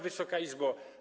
Wysoka Izbo!